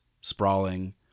sprawling